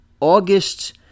August